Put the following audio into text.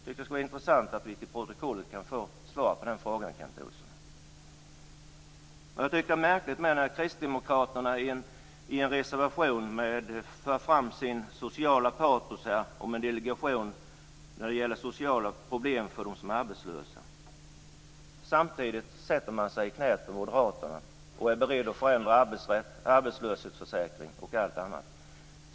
Det skulle vara intressant att till protokollet få ett svar på den frågan, Kent Olsson. Det är märkligt när Kristdemokraterna i en reservation för fram sitt patos när det gäller sociala problem för dem som är arbetslösa, samtidigt som man sätter sig i knäet på Moderaterna och är beredda att förändra arbetslöshetsförsäkring och allt annat.